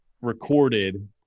recorded